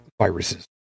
viruses